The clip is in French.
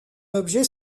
objet